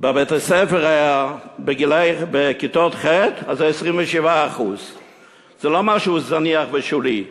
בבתי-הספר בכיתות ח' זה 27%. זה לא משהו זניח ושולי.